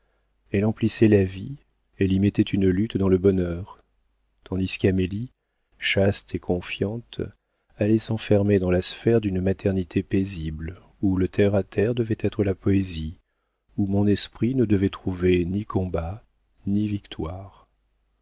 elle emplissait la vie elle y mettait une lutte dans le bonheur tandis qu'amélie chaste et confiante allait s'enfermer dans la sphère d'une maternité paisible où le terre à terre devait être la poésie où mon esprit ne devait trouver ni combat ni victoire